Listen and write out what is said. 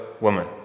woman